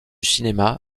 cinéma